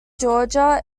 georgia